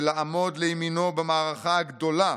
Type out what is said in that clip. ולעמוד לימינו במערכה הגדולה